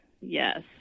yes